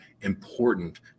important